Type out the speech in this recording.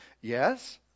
Yes